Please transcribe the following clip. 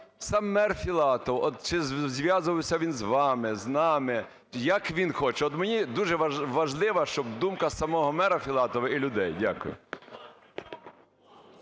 сам мер Філатов, от чи зв’язувався він з вами, з нами? Як він хоче? От мені дуже важливо, щоб думка самого мера Філатова і людей. Дякую.